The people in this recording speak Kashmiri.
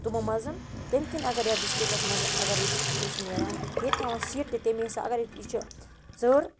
تِمَو منٛز تٔمۍ کِنۍ اگر یَتھ ڈِسٹرکَس منٛز اگر ییٚتہِ یہِ چھِ نٮ۪ران ییٚتہِ تھاوٕہَن سیٖٹہٕ تٔمۍ حسا اگر ییٚتہِ یہِ چھِ ژٕر